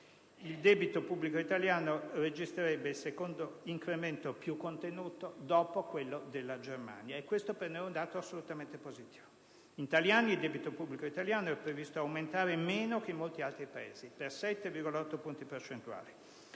il debito pubblico italiano registrerebbe il secondo incremento più contenuto dopo quello della Germania, e questo per noi è un dato assolutamente positivo. Il debito pubblico italiano è previsto aumentare di 7,8 punti percentuali,